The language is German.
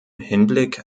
hinblick